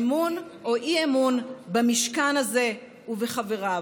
אמון או אי-אמון במשכן הזה ובחבריו,